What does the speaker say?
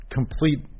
complete